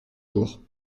jours